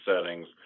settings